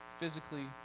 physically